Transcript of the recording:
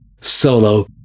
solo